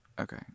okay